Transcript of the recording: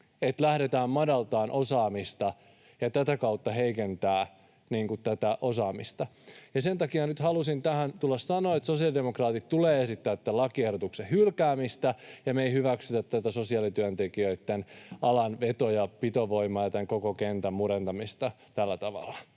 ja lähdetään madaltamaan osaamista ja tätä kautta heikentämään tätä osaamista. Sen takia nyt halusin tähän tulla sanomaan, että sosiaalidemokraatit tulevat esittämään tämän lakiehdotuksen hylkäämistä, ja me ei hyväksytä tätä sosiaalityöntekijöitten alan veto- ja pitovoiman ja tämän koko kentän murentamista tällä tavalla.